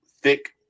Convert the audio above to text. thick